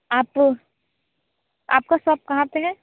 आप आपका शॉप कहाँ पे है